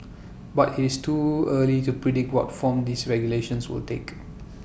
but IT is too early to predict what form these regulations will take